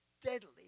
deadly